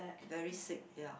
very sick ya